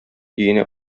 өенә